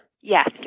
Yes